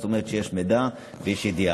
זאת אומרת שיש מידע ויש ידיעה.